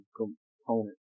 component